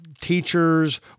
teachers